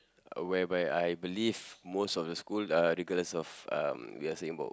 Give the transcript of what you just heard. whereby I believe most of the schools are regardless of um we are saying about